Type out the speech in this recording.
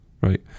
right